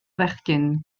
fechgyn